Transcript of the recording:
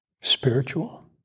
spiritual